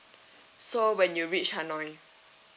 so when you reached hanoi